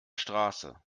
straße